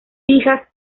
fijas